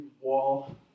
wall